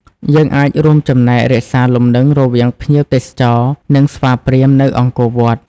យើងអាចរួមចំណែករក្សាលំនឹងរវាងភ្ញៀវទេសចរ និងស្វាព្រាហ្មណ៍នៅអង្គរវត្ត។